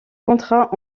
contrat